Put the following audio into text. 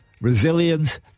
Resilience